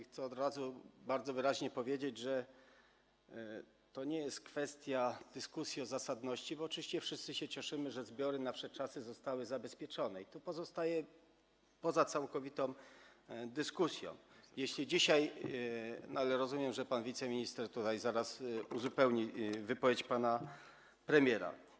Chcę od razu bardzo wyraźnie powiedzieć, że to nie jest kwestia dyskusji o zasadności, bo oczywiście wszyscy się cieszymy, że zbiory na wsze czasy zostały zabezpieczone, i to pozostaje poza całkowitą dyskusją, ale rozumiem, że pan wiceminister tutaj zaraz uzupełni wypowiedź pana premiera.